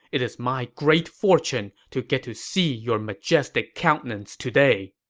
it is my great fortune to get to see your majestic countenance today.